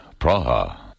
Praha